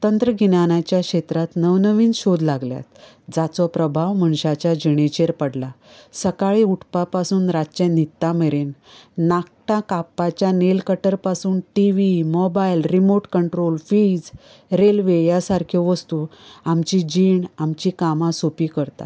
तंत्रगिन्यानांच्या क्षेत्रांत नवीन सोद लागल्यात जाचो प्रभाव मनशाच्या जिणेचेर पडलां सकाळीं उठपा पसून रातचें न्हिदता मेरेन नाकटां कापपाच्या नेलकटर पासून T V mobile remote control fridge railway ह्या सारक्यो वस्तू आमची जीण आमची कामां सोपी करता